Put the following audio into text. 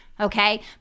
Okay